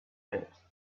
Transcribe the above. bit